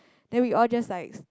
then we all just like